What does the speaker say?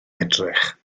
edrych